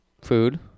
Food